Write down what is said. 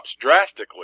drastically